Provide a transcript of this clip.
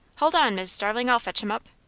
hold on, mis' starling i'll fetch him up.